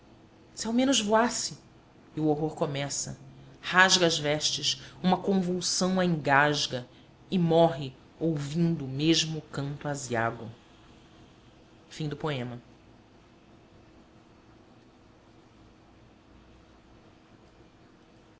ao menos voasse e o horror começa rasga as vestes uma convulsão a engasga e morre ouvindo o mesmo canto aziago das